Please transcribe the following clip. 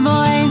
Boy